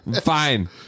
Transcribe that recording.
Fine